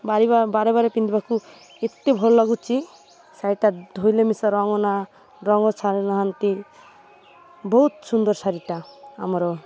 ବାର ବାର ପିନ୍ଧିବାକୁ ଏତେ ଭଲ୍ ଲାଗୁଛି ଶାଢ଼ୀଟା ଧୋଇଲେ ମିଶା ରଙ୍ଗ ନା ରଙ୍ଗ ଛାଡ଼ି ନାହାନ୍ତି ବହୁତ ସୁନ୍ଦର ଶାଢ଼ୀଟା ଆମର